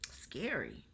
scary